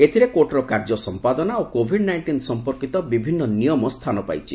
ଏଥିରେ କୋର୍ଟ୍ର କାର୍ଯ୍ୟ ସମ୍ପାଦନା ଓ କୋଭିଡ୍ ନାଇଣ୍ଟିନ୍ ସମ୍ଭନ୍ଧୀୟ ବିଭିନ୍ନ ନିୟମ ସ୍ଥାନ ପାଇଛି